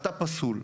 אתה פסול.